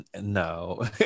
no